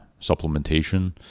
supplementation